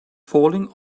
falling